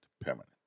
permanent